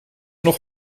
nog